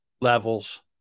levels